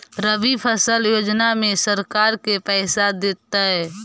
रबि फसल योजना में सरकार के पैसा देतै?